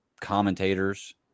commentators